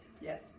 Yes